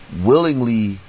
willingly